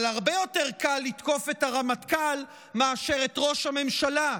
אבל הרבה יותר קל לתקוף את הרמטכ"ל מאשר את ראש הממשלה,